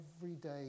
everyday